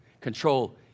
Control